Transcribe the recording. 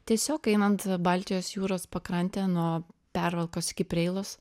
tiesiog einant baltijos jūros pakrante nuo pervalkos iki preilos